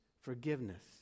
forgiveness